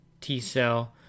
T-cell